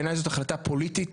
בעיניי זו החלטה פוליטית,